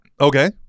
Okay